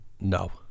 No